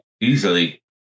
easily